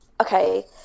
Okay